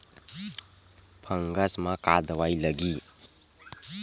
Fungus म का दवाई लगी?